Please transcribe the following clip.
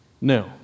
No